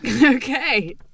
Okay